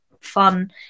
fun